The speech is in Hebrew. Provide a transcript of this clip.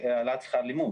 והעלאת שכר לימוד.